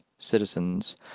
Citizens